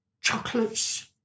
Chocolates